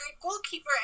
goalkeeper